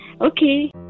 Okay